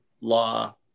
law